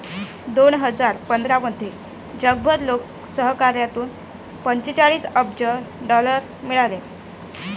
दोन हजार पंधरामध्ये जगभर लोकसहकार्यातून पंचेचाळीस अब्ज डॉलर मिळाले